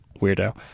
weirdo